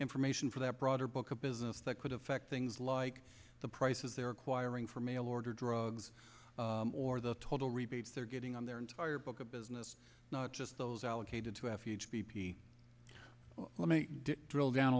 information for that broader book of business that could affect things like the prices they're acquiring for mail order drugs or the total rebates they're getting on their entire book of business not just those allocated to have huge b p let me drill down a